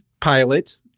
pilot